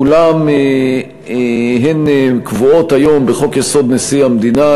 אולם הן קבועות היום בחוק-יסוד: נשיא המדינה.